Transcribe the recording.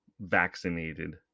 vaccinated